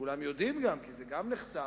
וכולם יודעים גם, כי זה גם נחשף,